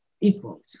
equals